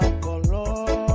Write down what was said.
color